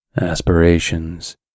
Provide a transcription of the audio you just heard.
aspirations